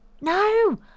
no